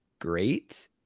great